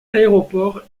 aéroport